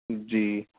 جی